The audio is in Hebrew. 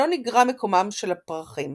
לא נגרע מקומם של הפרחים.